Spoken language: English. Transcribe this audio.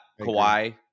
Kawhi